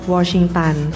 Washington